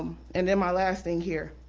um and then my last thing here,